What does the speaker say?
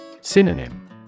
Synonym